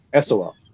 Sol